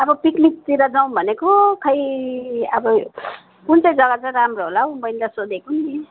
अब पिकनिकतिर जाऊँ भनेको खै अब कुन चाहिँ जगा चाहिँ राम्रो होला हौ बहिनीलाई सोधेको नि